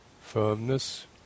firmness